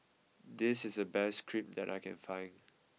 this is the best Crepe that I can find